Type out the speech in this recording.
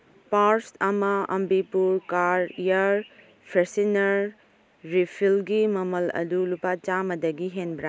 parse ꯑꯃ Ambi Pur car air freshener ꯔꯤꯐꯤꯜꯒꯤ ꯃꯃꯜ ꯑꯗꯨ ꯂꯨꯄꯥ ꯆꯥꯃꯗꯒꯤ ꯍꯦꯟꯕ꯭ꯔ